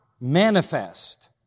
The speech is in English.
manifest